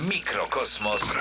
Mikrokosmos